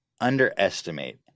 underestimate